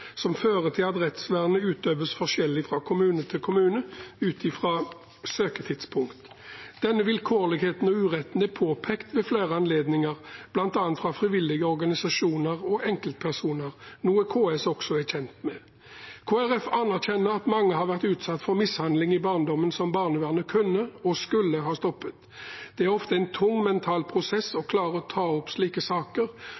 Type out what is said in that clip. som fører til at rettsvernet utøves forskjellig fra kommune til kommune ut fra søketidspunkt. Denne vilkårligheten og uretten er påpekt ved flere anledninger, bl.a. fra frivillige organisasjoner og enkeltpersoner, noe KS også er kjent med. Kristelig Folkeparti anerkjenner at mange har vært utsatt for mishandling i barndommen som barnevernet kunne og skulle ha stoppet. Det er ofte en tung mental prosess